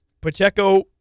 Pacheco